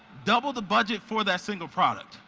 double the budget for that single product.